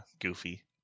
Goofy